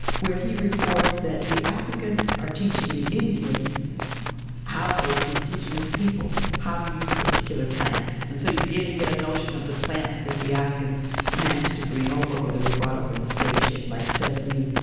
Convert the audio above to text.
where he reports that the africans are teaching the indians how or the indigenous people how to use particular plants. and so you begin to get a notion of the plants that the africans managed to bring over, or they were brought over in the slave ship, like sesame,